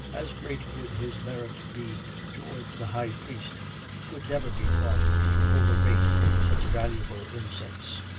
as great would his merit be towards the high-priest, who could never be thought to overrate such valuable incense.